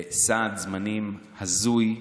בסד זמנים הזוי,